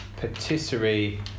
patisserie